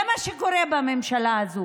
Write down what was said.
זה מה שקורה בממשלה הזאת.